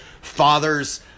fathers